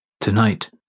Tonight